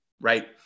right